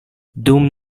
dum